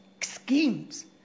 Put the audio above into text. schemes